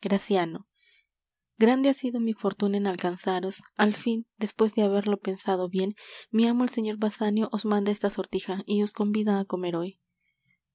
graciano grande ha sido mi fortuna en alcanzaros al fin despues de haberlo pensado bien mi amo el señor basanio os manda esta sortija y os convida á comer hoy